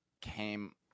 came